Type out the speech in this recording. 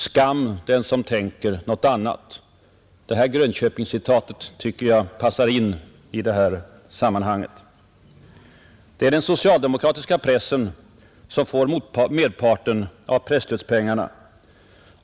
Skam den som tänker nåt annat.” Det Grönköpingscitatet tycker jag passar in i det här sammanhanget. Det är den socialdemokratiska pressen som får merparten av presstödspengarna.